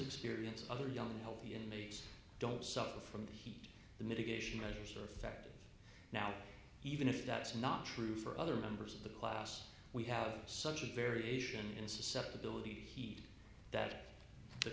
experience other young healthy and needs don't suffer from the heat the mitigation measures are effective now even if that's not true for other members of the class we have such a variation in susceptibility heed that the